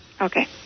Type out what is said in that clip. Okay